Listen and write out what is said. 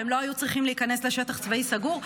והם לא היו צריכים להיכנס לשטח צבאי סגור,